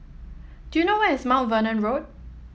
do you know where is Mount Vernon Road